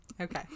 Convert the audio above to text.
okay